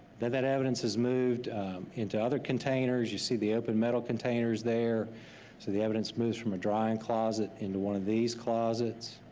that evidence is moved into other containers. you see the open metal containers there. so the evidence moves from a drying closet into one of these closets.